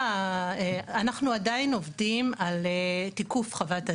אנחנו עדיין עובדים על תיקוף חוות הדעת,